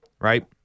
right